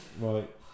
Right